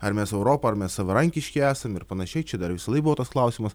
ar mes europa ar mes savarankiški esam ir panašiai čia dar visąlaik buvo tas klausimas